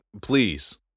please